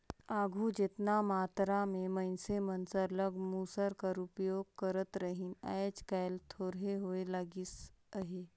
आघु जेतना मातरा में मइनसे मन सरलग मूसर कर उपियोग करत रहिन आएज काएल थोरहें होए लगिस अहे